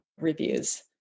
reviews